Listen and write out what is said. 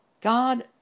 God